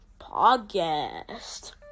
Podcast